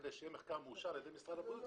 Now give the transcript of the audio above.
כדי שיהיה מחקר מאושר על ידי משרד הבריאות,